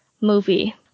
movie